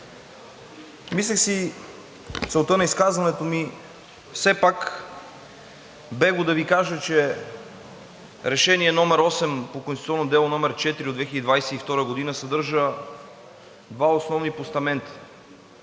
Мисля си, целта на изказването ми е, все пак бегло да Ви кажа, че Решение № 8 по конституционно дело № 4 от 2022 г. съдържа два основни постамента,